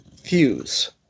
fuse